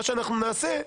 מה שאנחנו נעשה,